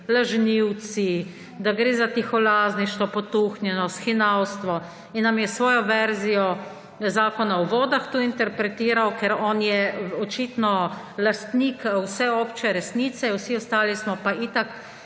lažnivci, da gre za tiholazništvo, potuhnjenost, hinavstvo, in nam je svojo verzijo Zakona o vodah tu interpretiral, ker on je očitno lastnik vseobče resnice, vsi ostali smo pa itak